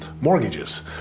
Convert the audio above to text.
mortgages